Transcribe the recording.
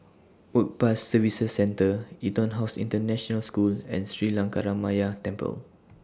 Work Pass Services Centre Etonhouse International School and Sri Lankaramaya Temple